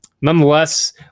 nonetheless